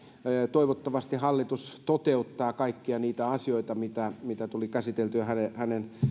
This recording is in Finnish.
toivottavasti hallitus toteuttaa kaikkia niitä asioita mitä mitä tuli käsiteltyä hänen hänen